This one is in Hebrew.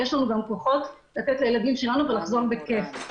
ויש לנו גם כוחות לתת לילדים שלנו ולחזור בכיף.